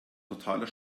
totaler